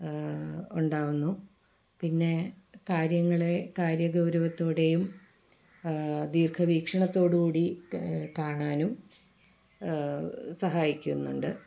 ഉണ്ടാകുന്നു പിന്നെ കാര്യങ്ങളെ കാര്യ ഗൗരവത്തോടെയും ദീർഘ വീക്ഷണത്തോടു കൂടീക്കെ കാണാനും സഹായിക്കുന്നുണ്ട്